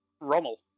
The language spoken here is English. Rommel